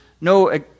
no